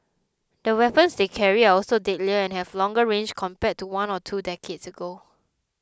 the weapons they carry are also deadlier and have longer range compared to one or two decades ago